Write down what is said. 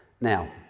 Now